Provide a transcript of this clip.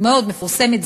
מאוד מפורסמת,